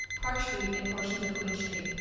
park street and portions of queen street.